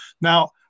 Now